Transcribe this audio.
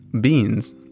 beans